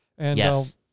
Yes